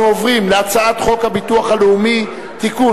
הצעת חוק הנוער (טיפול והשגחה) (תיקון,